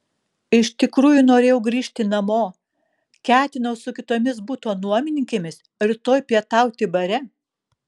iš tikrųjų norėjau grįžti namo ketinau su kitomis buto nuomininkėmis rytoj pietauti bare